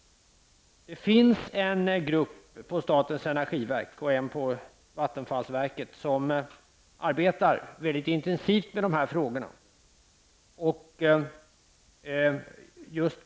En grupp på statens energiverk och en på Vattenfall arbetar mycket intensivt med dessa frågor.